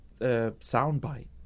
soundbite